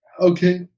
Okay